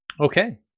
okay